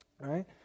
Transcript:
right